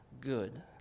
good